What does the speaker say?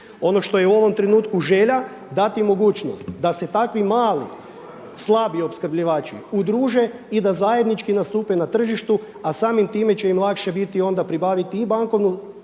Ono što je u ovom trenutku želja dati mogućnost da se takvi mali slabi opskrbljivači udruže i da zajednički nastupe na tržištu, a samim time će im lakše biti onda pribaviti i bankovnu